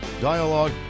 dialogue